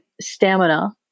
stamina